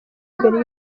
mbere